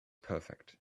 perfect